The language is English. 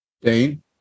Dane